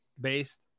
based